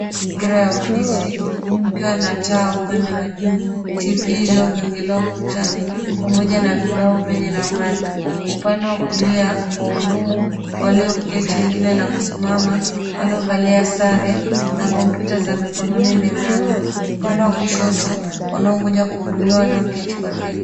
Mazingira ya ofisi kukiwa na taa upande wa juu, tv iliyogongelewa ukutani pamoja na vibao venye nambari. Upande wa kulia wahudumu walioketi wengine na kusimama waliovalia sare na kompyuta za mikononi mezani. Upande wa kushoto wanaongoja kuhudumiwa wameketi kwa viti.